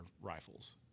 rifles